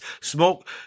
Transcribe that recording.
Smoke